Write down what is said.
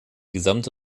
gesamte